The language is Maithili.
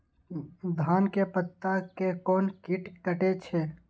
धान के पत्ता के कोन कीट कटे छे?